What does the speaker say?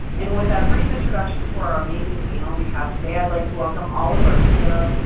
and with that brief introduction to our amazing panel we have today, i'd like to welcome oliver to the